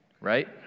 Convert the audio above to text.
right